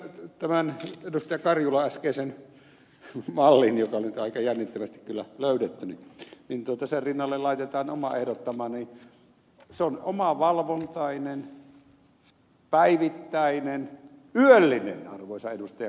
karjulan äskeisen mallin joka oli nyt aika jännittävästi kyllä löydetty rinnalle laitetaan oma ehdottamani niin se on omavalvontainen päivittäinen yöllinen arvoisa ed